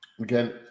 Again